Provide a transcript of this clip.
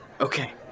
Okay